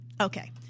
Okay